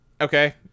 Okay